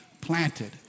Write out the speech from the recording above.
planted